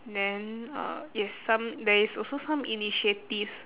then uh is some~ there is also some initiatives